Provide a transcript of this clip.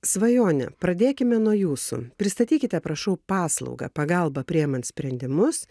svajone pradėkime nuo jūsų pristatykite prašau paslaugą pagalba priimant sprendimus